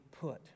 put